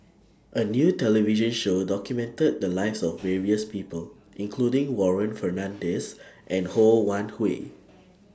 A New television Show documented The Lives of various People including Warren Fernandez and Ho Wan Hui